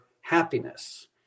happiness